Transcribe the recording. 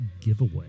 giveaway